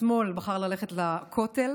השמאל בחר ללכת לכותל